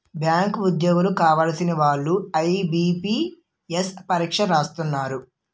bank ఉద్యోగాలు కావలసిన వాళ్లు ఐబీపీఎస్సీ పరీక్ష రాస్తున్నారు